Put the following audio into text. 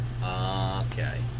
Okay